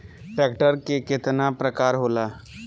Tractor के केतना प्रकार होला?